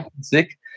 sick